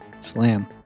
slam